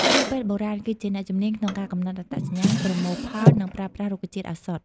គ្រូពេទ្យបុរាណ គឺជាអ្នកជំនាញក្នុងការកំណត់អត្តសញ្ញាណ ប្រមូលផល និងប្រើប្រាស់រុក្ខជាតិឱសថ។